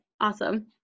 Awesome